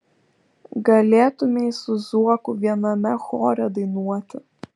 galėtumei su zuoku viename chore dainuoti